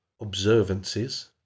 observances